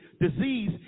disease